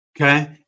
Okay